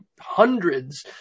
hundreds